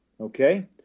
okay